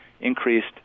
increased